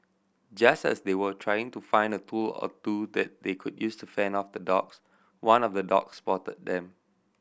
just as they were trying to find a tool or two that they could use to fend off the dogs one of the dogs spotted them